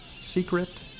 Secret